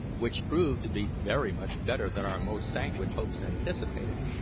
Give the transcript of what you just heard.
which proved to be very much better than our most sanguine hopes anticipated.